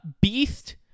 Beast